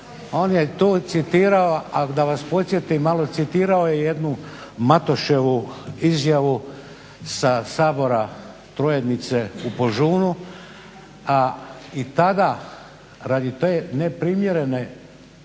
on je tu citirao ali da vas podsjetim citirao je jednu Matoševu izjavu sa Sabora Trojednice u Požunu a i tada radi te neprimjerne